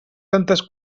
tantes